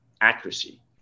accuracy